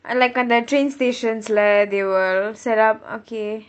like அந்த:antha train stations leh they were okay